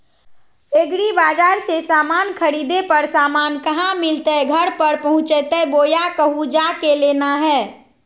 एग्रीबाजार से समान खरीदे पर समान कहा मिलतैय घर पर पहुँचतई बोया कहु जा के लेना है?